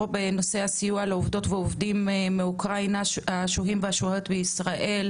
בנושא הסיוע לעובדות ועובדים מאוקראינה השוהים ושוהות בישראל.